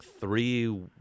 three